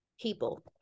people